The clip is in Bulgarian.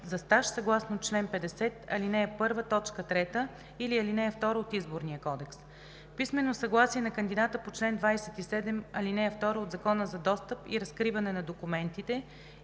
за стаж съгласно чл. 50, ал. 1, т. 3, или ал. 2 от Изборния кодекс; - писмено съгласие на кандидата по чл. 27, ал. 2 от Закона за достъп и разкриване на документите